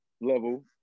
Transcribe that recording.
level